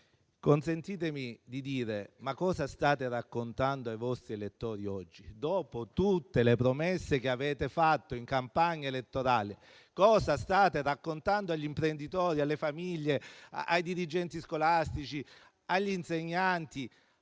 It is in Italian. consentitemi di chiedervi: cosa state raccontando ai vostri elettori oggi, dopo tutte le promesse che avete fatto in campagna elettorale? Cosa state raccontando agli imprenditori, alle famiglie, ai dirigenti scolastici, agli insegnanti,